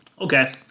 Okay